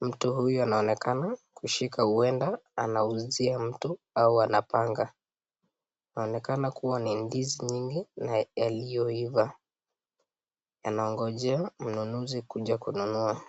Mtu huyu anaonekana kushika huenda anauzia mtu au anapanga. Inaonekana kuwa ni ndizi nyingi yaliyo iva yanangojewa mnunuzi kuja kununua.